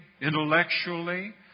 intellectually